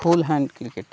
full hand cricket